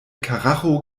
karacho